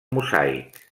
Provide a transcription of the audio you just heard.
mosaic